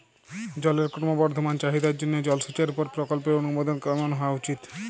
জলের ক্রমবর্ধমান চাহিদার জন্য জলসেচের উপর প্রকল্পের অনুমোদন কেমন হওয়া উচিৎ?